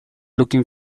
looking